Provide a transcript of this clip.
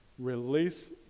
Release